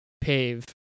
pave